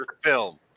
film